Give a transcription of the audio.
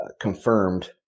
confirmed